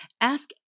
Ask